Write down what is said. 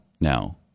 now